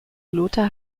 lothar